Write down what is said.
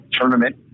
tournament